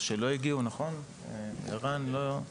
ער"ן.